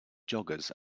joggers